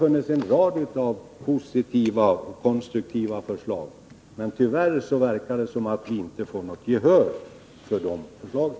En rad positiva och konstruktiva förslag har således lagts fram, men tyvärr verkar det som om det inte finns något gehör för de förslagen.